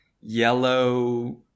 yellow